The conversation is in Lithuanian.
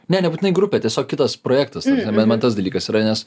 ne nebūtinai grupė tiesiog kitas projektas emene tas dalykas yra nes